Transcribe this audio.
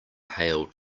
hailed